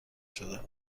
شده